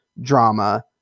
drama